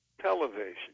television